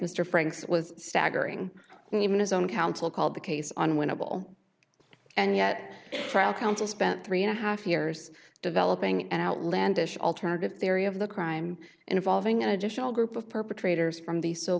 mr franks was staggering and even his own counsel called the case on winnable and yet trial counsel spent three and a half years developing an outlandish alternative theory of the crime involving an additional group of perpetrators from the so